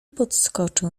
podskoczył